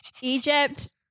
egypt